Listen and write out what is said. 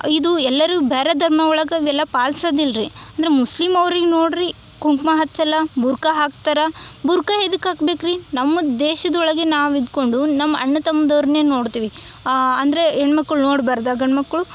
ಇದು ಎಲ್ಲರು ಬ್ಯಾರೆ ಧರ್ಮ ಒಳಗೆ ಇವೆಲ್ಲ ಪಾಲ್ಸದ ಇಲ್ರೀ ಅಂದರೆ ಮುಸ್ಲಿಮ್ ಅವ್ರಿಗೆ ನೋಡ್ರಿ ಕುಂಕ್ಮ ಹಚ್ಚಲ್ಲ ಬುರ್ಕ ಹಾಕ್ತಾರೆ ಬುರ್ಕ ಎದಕ್ಕೆ ಆಕ್ಬೇಕ್ರಿ ನಮ್ಮ ದೇಶದ ಒಳಗೆ ನಾವು ಇದ್ಕೊಂಡು ನಮ್ಮ ಅಣ್ಣ ತಮ್ದೋರ್ನೆ ನೋಡ್ತೀವಿ ಅಂದರೆ ಹೆಣ್ಣು ಮಕ್ಕಳು ನೋಡ್ಬಾರ್ದ ಗಂಡು ಮಕ್ಕಳು